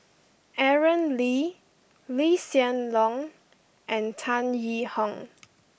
Aaron Lee Lee Hsien Loong and Tan Yee Hong